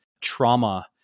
trauma